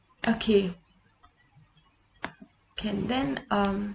okay can then um